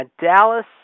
Dallas